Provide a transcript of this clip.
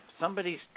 somebody's